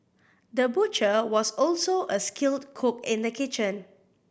the butcher was also a skilled cook in the kitchen